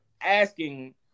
asking